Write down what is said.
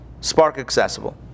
spark-accessible